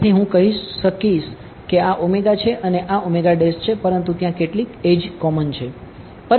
તેથી હું કહી શકીએ કે આ છે અને આ છે પરંતુ ત્યાં કેટલીક એડ્જ કોમન છે